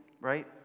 right